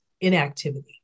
inactivity